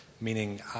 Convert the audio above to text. Meaning